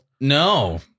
no